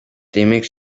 демек